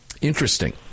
Interesting